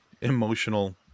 emotional